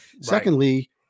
Secondly